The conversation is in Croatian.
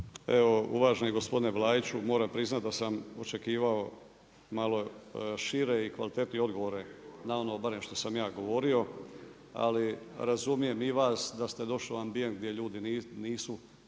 Evo uvaženi gospodine Vlaiću moram priznati da sam očekivao malo šire i kvalitetnije odgovore na ono barem što sam ja govorio ali razumijem i vas da ste došli u ambijent gdje ljudi nisu